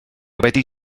wedi